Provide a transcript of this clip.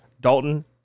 Dalton